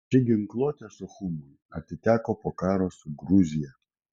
ši ginkluotė suchumiui atiteko po karo su gruzija